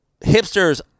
hipsters